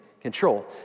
control